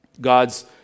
God's